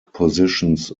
positions